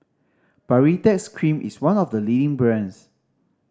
Baritex Cream is one of the leading brands